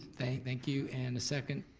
thank thank you, and a second?